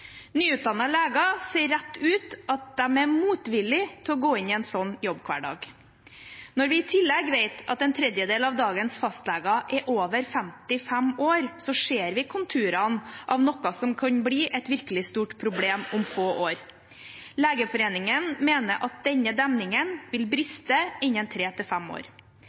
Nyutdannete leger sier rett ut at de er motvillig til å gå inn i en slik jobbhverdag. Når vi i tillegg vet at en tredjedel av dagens fastleger er over 55 år, ser vi konturene av noe som kan bli et virkelig stort problem om få år. Legeforeningen mener at denne demningen vil briste innen tre til fem år.